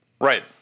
Right